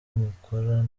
mukora